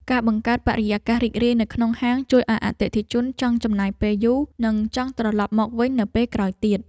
ការបង្កើតបរិយាកាសរីករាយនៅក្នុងហាងជួយឱ្យអតិថិជនចង់ចំណាយពេលយូរ និងចង់ត្រឡប់មកវិញនៅពេលក្រោយទៀត។